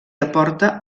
aporta